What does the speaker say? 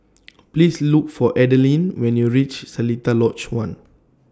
Please Look For Adilene when YOU REACH Seletar Lodge one